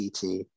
CT